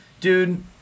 dude